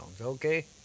okay